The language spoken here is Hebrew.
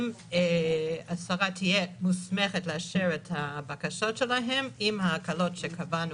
השרה תהיה מוסמכת לאשר את הבקשות שלהם עם ההקלות שקבענו